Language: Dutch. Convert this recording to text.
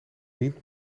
niet